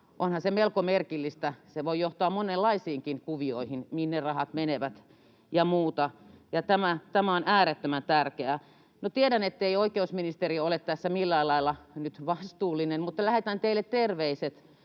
Onhan se melko merkillistä — se voi johtaa monenlaisiinkin kuvioihin, minne rahat menevät ja muuta, ja tämä on äärettömän tärkeää. Tiedän, ettei oikeusministeri ole tässä millään lailla vastuullinen, mutta lähetän teille terveiset: